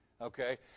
okay